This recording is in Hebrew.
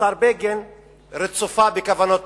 השר בגין, רצופה בכוונות טובות.